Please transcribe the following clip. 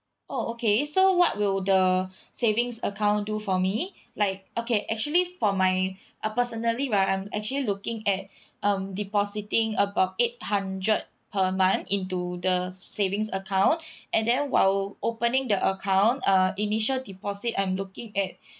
oh okay so what will the savings account do for me like okay actually for my uh personally right I'm actually looking at um depositing about eight hundred per month into the savings account and then while opening the account uh initial deposit I'm looking at